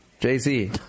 Jay-Z